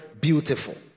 beautiful